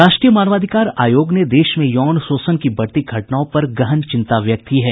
राष्ट्रीय मानवाधिकार आयोग ने देश में यौन शोषण की बढती घटनाओं पर गहन चिंता व्यक्त की है